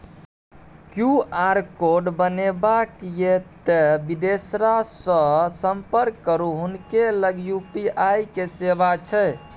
QR code बनेबाक यै तए बिदेसरासँ संपर्क करू हुनके लग यू.पी.आई के सेवा छै